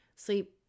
Sleep